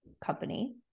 company